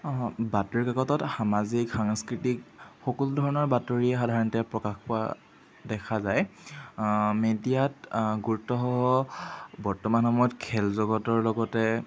বাতৰিকাকতত সামাজিক সাংস্কৃতিক সকলোধৰণৰ বাতৰিয়ে সাধাৰণতে প্ৰকাশ পোৱা দেখা যায় মেডিয়াত গুৰুত্বসহ বৰ্তমান সময়ত খেল জগতৰ লগতে